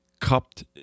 cupped